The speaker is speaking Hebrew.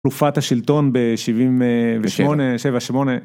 תקופת השלטון ב-78